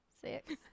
six